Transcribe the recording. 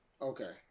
Okay